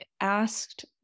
asked